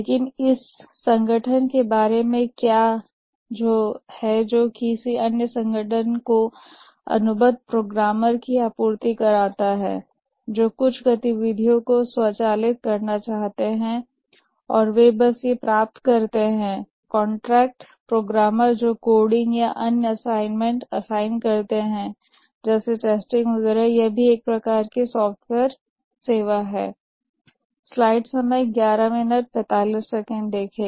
लेकिन उस संगठन के बारे में क्या है जो किसी अन्य संगठन को अनुबंध पर प्रोग्रामर की आपूर्ति करता है जो कुछ गतिविधियों को स्वचालित करना चाहता है और वे इस प्रकार बस कॉन्ट्रैक्ट प्रोग्रामर पाते हैं जो कोडिंग या अन्य असाइनमेंट या असाइन गतिविधि जैसे कि टेस्टिंग वगैरह करते हैं यह भी एक प्रकार की सॉफ्टवेयर सर्विस है